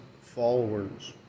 followers